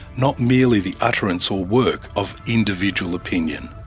not merely the utterance or work of individual opinion.